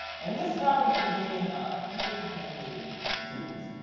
and this happens from eating fecally contaminated foods.